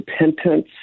repentance